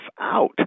out